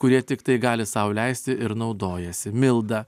kurie tiktai gali sau leisti ir naudojasi milda